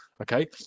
Okay